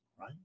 right